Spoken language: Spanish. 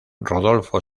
rodolfo